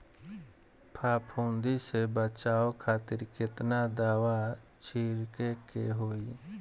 फाफूंदी से बचाव खातिर केतना दावा छीड़के के होई?